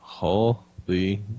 Holy